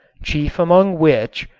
chief among which,